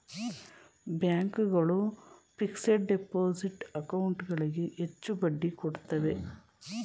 bank ಗಳು fixed deposit account ಗಳಿಗೆ ಹೆಚ್ಚು ಬಡ್ಡಿ ಕೊಡುತ್ತವೆ